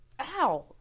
ow